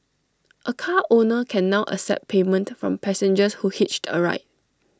A car owner can now accept payment from passengers who hitched A ride